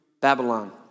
Babylon